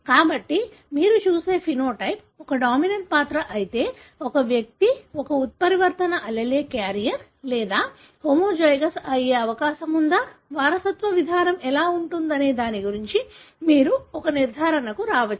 కాబట్టి మీరు చూసే ఫెనోటైప్ ఒక డామినెన్ట్ పాత్ర అయితే ఒక వ్యక్తి ఒక ఉత్పరివర్తన allele క్యారియర్ లేదా హోమోజైగస్ అయ్యే అవకాశం ఉందా వారసత్వ విధానం ఎలా ఉంటుందనే దాని గురించి మీరు ఒక నిర్ధారణకు రావచ్చు